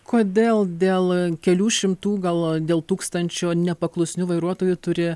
kodėl dėl kelių šimtų gal dėl tūkstančio nepaklusnių vairuotojų turi